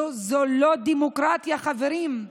זו לא דמוקרטיה, חברים.